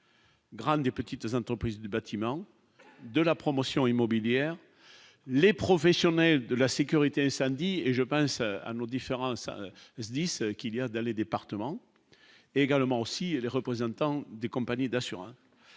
Graham des petites entreprises du bâtiment de la promotion immobilière : les professionnels de la sécurité samedi et je pense à nos différences, à 10 qu'il y a dans les départements et également aussi et les représentants des compagnies d'assurances